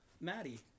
maddie